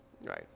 Right